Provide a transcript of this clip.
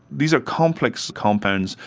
these are complex compounds,